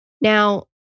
Now